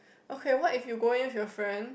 okay what if you go in with your friend